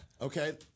Okay